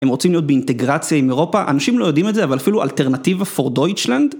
הם רוצים להיות באינטגרציה עם אירופה. אנשים לא יודעים את זה, אבל אפילו אלטרנטיבה פור דויטשלנד...